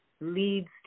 leads